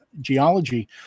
geology